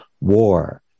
war